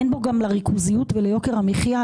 אין בו גם לריכוזיות וליוקר המחיה,